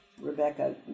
Rebecca